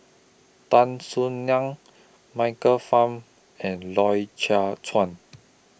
Tan Soo NAN Michael Fam and Loy Chye Chuan